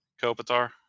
Kopitar